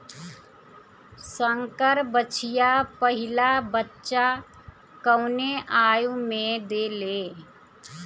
संकर बछिया पहिला बच्चा कवने आयु में देले?